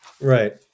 Right